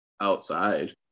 outside